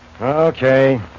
Okay